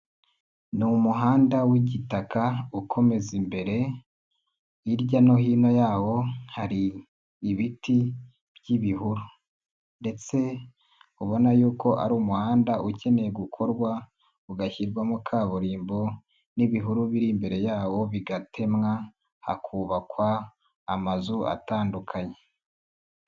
Ni umuhanda w'igitaka ukomeza imbere, hirya no hino yawo hari ibiti by'ibihuru, ndetse ubona yuko ari umuhanda ukeneye gukorwa ugashyirwamo kaburimbo, n'ibihuru biri imbere yawo bigatemwa hakubakwa amazu atandukanye.